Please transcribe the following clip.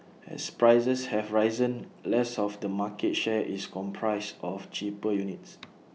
as prices have risen less of the market share is comprised of cheaper units